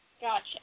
Gotcha